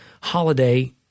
Holiday